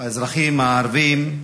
האזרחים הערבים,